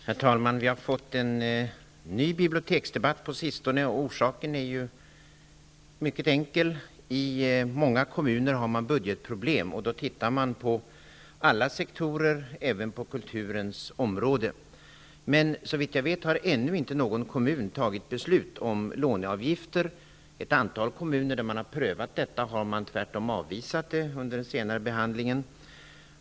Herr talman! Vi har fått en ny biblioteksdebatt på sistone. Orsaken är mycket enkel. I många kommuner har man budgetproblem. Då börjar man titta på olika sektorer, även på kulturens område. Men såvitt jag vet har ännu inte någon kommun fattat beslut om låneavgifter. Ett antal kommuner, där man prövat detta, har tvärtom avvisat detta under en senare behandling.